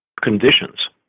conditions